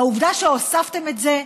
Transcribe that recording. העובדה שהוספתם את זה,